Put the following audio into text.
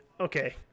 okay